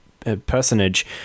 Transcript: Personage